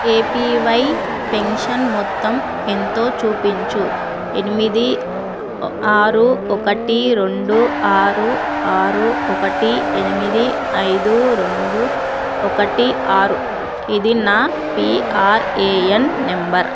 APY pension మొత్తం ఎంతో చూపించు ఎనిమిది ఆరు ఒకటి రెండు ఆరు ఆరు ఒకటి ఎనిమిది ఐదు రెండు ఒకటి ఆరు ఇది నా పిఆర్ఏఎన్ నంబర్